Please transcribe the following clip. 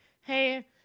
hey